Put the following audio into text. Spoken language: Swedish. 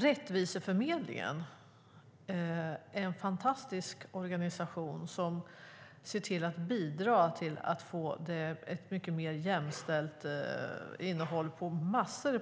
Rättviseförmedlingen är en fantastisk organisation som ser till att bidra till att få ett mycket mer jämställt innehåll på